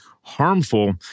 harmful